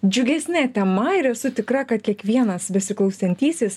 džiugesne tema ir esu tikra kad kiekvienas besiklausantysis